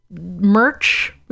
merch